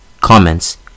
Comments